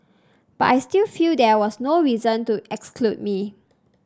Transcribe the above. but I still feel there was no reason to exclude me